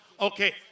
Okay